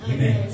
Amen